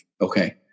Okay